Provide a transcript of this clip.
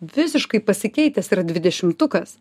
visiškai pasikeitęs yra dvidešimtukas